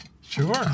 Sure